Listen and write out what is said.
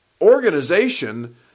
organization